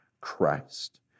Christ